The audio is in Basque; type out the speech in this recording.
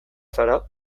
zara